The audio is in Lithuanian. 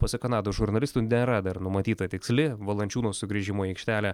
pasak kanados žurnalistų nėra dar numatyta tiksli valančiūno sugrįžimo į aikštelę